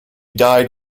died